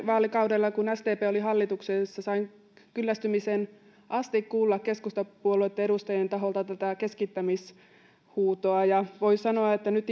vaalikaudella kun sdp oli hallituksessa sain kyllästymiseen asti kuulla keskustapuolueen edustajien taholta tätä keskittämishuutoa ja